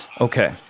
Okay